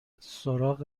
سراغ